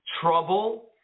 trouble